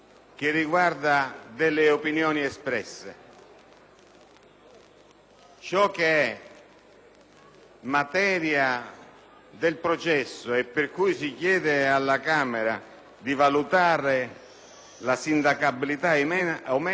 ciò che è materia del processo e per cui si chiede alla Camera dei deputati di valutare la sindacabilità o meno sono fatti, non opinioni.